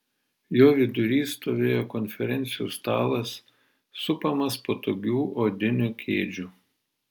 jo vidury stovėjo konferencijų stalas supamas patogių odinių kėdžių